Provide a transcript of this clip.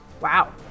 Wow